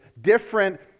Different